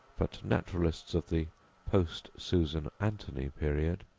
but naturalists of the postsusananthony period,